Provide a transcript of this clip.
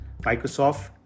Microsoft